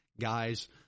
Guys